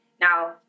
Now